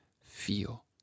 feel